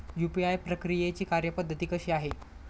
UPI प्रक्रियेची कार्यपद्धती कशी आहे?